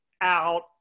out